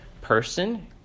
person